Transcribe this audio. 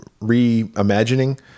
reimagining